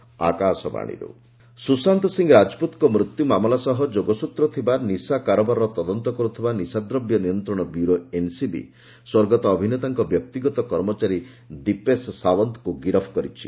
Sushant case Dipesh arrest Sushant Singh ରାଜପୁତ୍ଙ୍କ ମୃତ୍ୟୁ ମାମଲା ସହ ଯୋଗସ୍ୱତ୍ର ଥିବା ନିଶା କାରବାରର ତଦନ୍ତ କରୁଥିବା ନିଶାଦ୍ରବ୍ୟ ନିୟନ୍ତ୍ରଣ ବ୍ୟୁରୋ ଏନ୍ସିବି ସ୍ୱର୍ଗତ ଅଭିନେତାଙ୍କ ବ୍ୟକ୍ତିଗତ କର୍ମଚାରୀ ଦୀପେଶ୍ ସାଓ୍ୱନ୍ତ୍କୁ ଗିରଫ କରିଛି